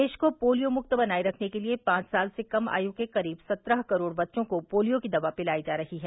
देश को पोलियो मुक्त बनाये रखने के लिए पांच साल से कम आयु के करीब सत्रह करोड़ बच्चों को पोलियो की दवा दिलाई जा रही है